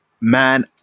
Man